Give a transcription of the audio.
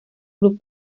club